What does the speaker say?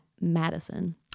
Madison